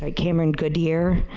ah cameron good year.